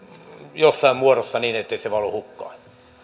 jossain muodossa niin ettei se valu hukkaan